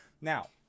Now